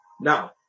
now